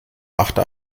machte